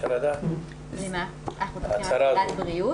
הצהרת הבריאות?